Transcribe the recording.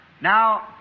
Now